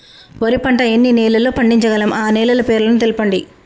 వరి పంట ఎన్ని నెలల్లో పండించగలం ఆ నెలల పేర్లను తెలుపండి?